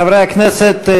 חברי הכנסת,